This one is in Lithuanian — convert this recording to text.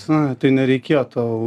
na tai nereikėtų